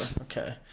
okay